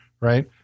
Right